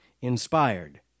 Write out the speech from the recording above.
inspired